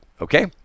Okay